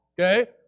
Okay